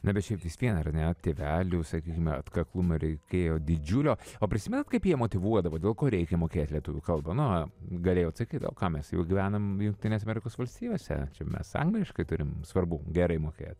na bet šiaip vis vien ar ne tėvelių sakykime atkaklumo reikėjo didžiulio o prisimenat kaip jie motyvuodavo dėl ko reikia mokėti lietuvių kalbą galėjo atsakyti o ką mes jau gyvenam jungtinėse amerikos valstijose mes angliškai turim svarbu gerai mokėt